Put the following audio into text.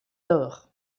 dour